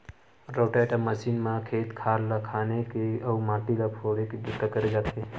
rotavator मसीन म खेत खार ल खने के अउ माटी ल फोरे के बूता करे जाथे